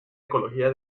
ecología